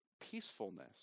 peacefulness